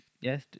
Yes